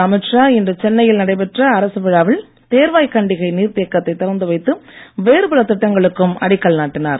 அமித் ஷா இன்று சென்னையில் நடைபெற்ற அரசு விழாவில் தேர்வாய்கண்டிகை நீர்த் தேக்கத்தைத் திறந்துவைத்து வேறுபல திட்டங்களுக்கும் அடிக்கல் நாட்டினார்